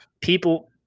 People –